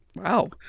Wow